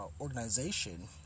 organization